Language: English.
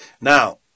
Now